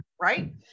right